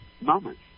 moments